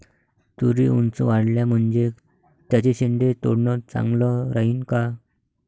तुरी ऊंच वाढल्या म्हनजे त्याचे शेंडे तोडनं चांगलं राहीन का?